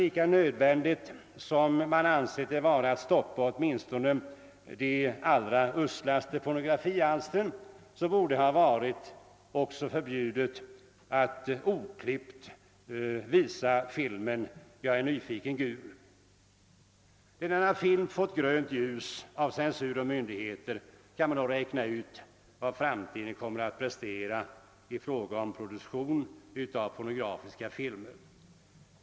Lika nödvändigt som det ansetts vara att stoppa åtminstone de allra uslaste pornografialstren borde det ha varit att förbjuda att filmen »Jag är nyfiken — gul» visas oklippt. När denna film fått grönt ljus av censur och myndigheter kan man räkna ut vad som i framtiden kommer att produceras i fråga om pornografiska filmer.